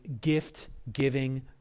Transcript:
gift-giving